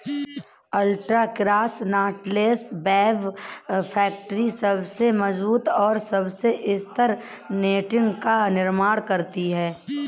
ultra cross knotless web factory सबसे मजबूत और सबसे स्थिर नेटिंग का निर्माण करती है